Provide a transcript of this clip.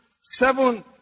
seven